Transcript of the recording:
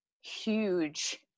huge